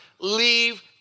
Leave